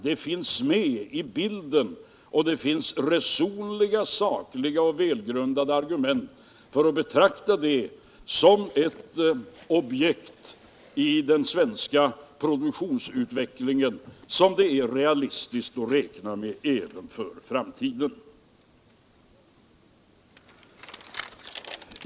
Det finns med i bilden och det finns resonliga, sakliga och välgrundade argument för att betrakta det som ett objekt i den svenska produktionsutvecklingen som det är realistiskt att räkna med även för framtiden.